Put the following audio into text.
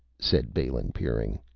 said balin, peering.